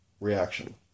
reaction